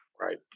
Right